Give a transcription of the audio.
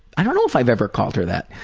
i don't know if i've ever called her that.